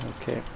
okay